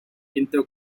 into